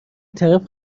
طرف